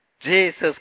Jesus